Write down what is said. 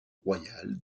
royale